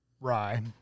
rye